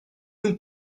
nous